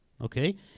okay